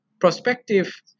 Prospective